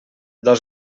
dos